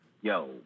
yo